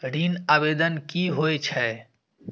ऋण आवेदन की होय छै?